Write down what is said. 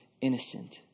innocent